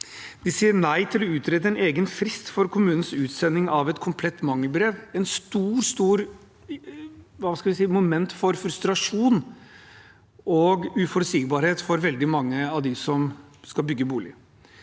De sier nei til å utrede en egen frist for kommunens utsending av et komplett mangelbrev, et stort, stort moment for frustrasjon og uforutsigbarhet for veldig mange av dem som skal bygge bolig.